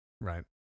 right